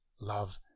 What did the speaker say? love